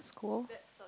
that's cool